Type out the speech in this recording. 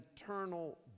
eternal